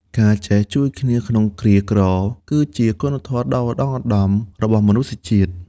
ការចេះជួយគ្នាក្នុងគ្រាក្រ គឺជាគុណធម៌ដ៏ឧត្តុង្គឧត្តមរបស់មនុស្សជាតិ។